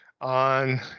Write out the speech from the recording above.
on